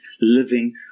living